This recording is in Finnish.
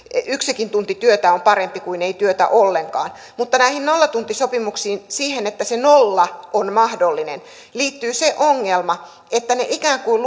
yksikin tunti työtä on parempi kuin ei työtä ollenkaan mutta näihin nollatuntisopimuksiin siihen että se nolla on mahdollinen liittyy se ongelma että ne ikään kuin